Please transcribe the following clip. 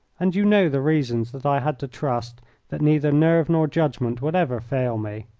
and you know the reasons that i had to trust that neither nerve nor judgment would ever fail me.